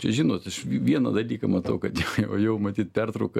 čia žinot aš v vieną dalyką matau kad jau jau matyt pertrauka